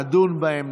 נדון בהם,